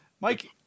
Mike